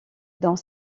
dans